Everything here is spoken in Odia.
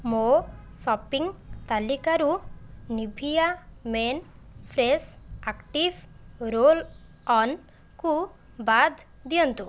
ମୋ ସପିଂ ତାଲିକାରୁ ନିଭିଆ ମେନ୍ ଫ୍ରେଶ୍ ଆକ୍ଟିଭ୍ ରୋଲ୍ଅନ୍କୁ ବାଦ୍ ଦିଅନ୍ତୁ